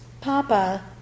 Papa